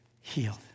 healed